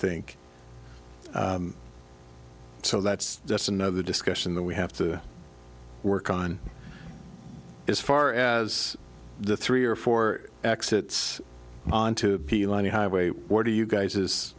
think so that's that's another discussion that we have to work on as far as the three or four exits on to pilani highway where do you guys is